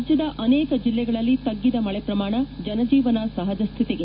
ರಾಜ್ವದ ಅನೇಕ ಜಿಲ್ಲೆಗಳಲ್ಲಿ ತಗ್ಗಿದ ಮಳೆ ಪ್ರಮಾಣ ಜನಜೀವನ ಸಹಜ ಸ್ವಿತಿಗೆ